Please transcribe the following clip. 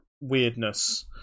weirdness